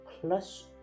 Plus